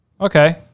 Okay